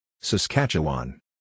Saskatchewan